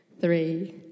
three